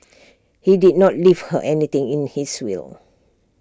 he did not leave her anything in his will